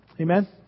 Amen